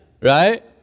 right